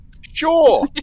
sure